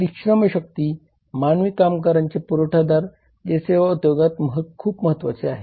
आपली श्रमशक्ती मानवी कामगारांचे पुरवठादार जे सेवा उद्योगात खूप महत्वाचे आहेत